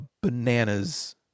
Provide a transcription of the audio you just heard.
bananas